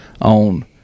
on